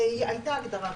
הייתה הגדרה כבר.